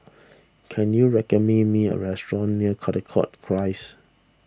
can you recommend me a restaurant near Caldecott Close